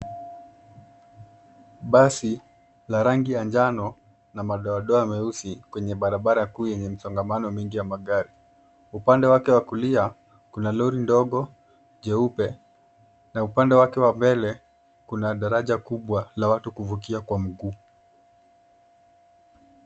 Basi la rangi ya njano na madoadoa meusi kwenye barabara kuu yenye msongamano mingi ya magari. Upande wake wa kulia kuna lori ndogo jeupe na upande wake wa mbele kuna daraja kubwa la watu kuvukia kwa mguu.